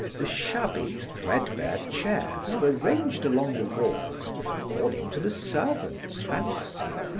the shabby, threadbare chairs were ranged along the walls according to the servant's fancy,